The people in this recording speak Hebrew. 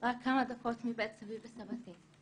רק כמה דקות מבית סבי וסבתי.